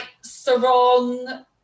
sarong